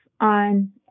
on